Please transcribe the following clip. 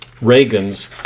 Reagan's